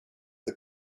the